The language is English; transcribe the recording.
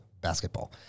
Basketball